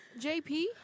jp